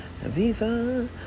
Viva